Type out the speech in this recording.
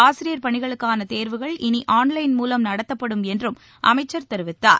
ஆசிரியர் பணிகளுக்கான தேர்வுகள் இளி ஆன்லைன் மூலம் நடத்தப்படும் என்றும் அமைச்சர் தெரிவித்தார்